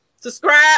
subscribe